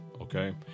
okay